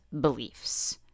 beliefs